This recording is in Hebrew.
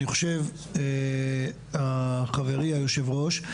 אני חושב, חברי יושב הראש,